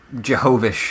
Jehovah